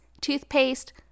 toothpaste